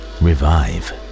revive